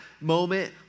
moment